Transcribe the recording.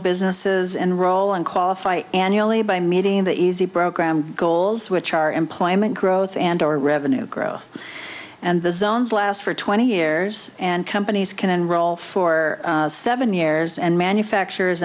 businesses and role and qualify annually by meeting the easy program goals which are employment growth and or revenue growth and the zones last for twenty years and companies can enroll for seven years and manufacturers